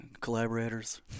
Collaborators